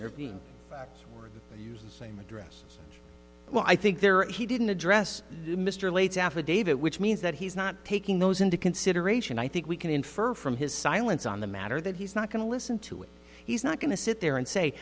intervene or use the same address well i think there are he didn't address mr lay's affidavit which means that he's not taking those into consideration i think we can infer from his silence on the matter that he's not going to listen to it he's not going to sit there and say